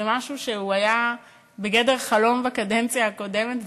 זה משהו שהיה בגדר חלום בקדנציה הקודמת,